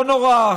לא נורא.